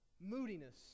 moodiness